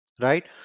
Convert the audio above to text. right